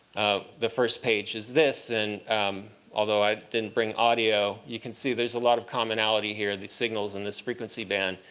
the first page is this. and although i didn't bring audio, you can see there's a lot of commonality here. these signals and this frequency band,